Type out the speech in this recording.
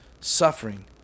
suffering